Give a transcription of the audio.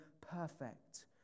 perfect